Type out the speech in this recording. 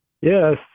Yes